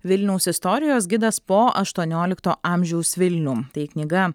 vilniaus istorijos gidas po aštuoniolikto amžiaus vilnių tai knyga